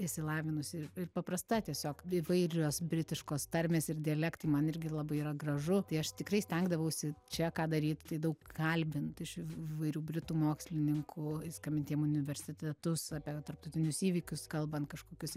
išsilavinusi ir paprasta tiesiog įvairios britiškos tarmės ir dialektai man irgi labai yra gražu tai aš tikrai stengdavausi čia ką daryt tai daug kalbint iš įvairių britų mokslininkų skambint jiem į universitetus apie tarptautinius įvykius kalbant kažkokius